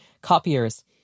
copiers